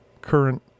current